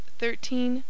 thirteen